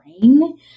brain